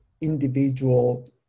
individual